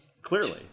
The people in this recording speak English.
Clearly